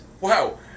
wow